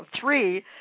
three